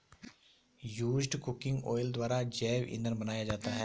used cooking oil द्वारा जैव इंधन बनाया जाता है